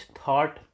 thought